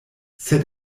sed